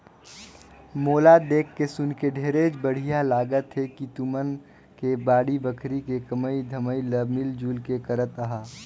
मोला देख सुनके ढेरेच बड़िहा लागत हे कि तुमन के बाड़ी बखरी के कमई धमई ल मिल जुल के करत अहा